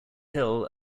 hill